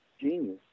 genius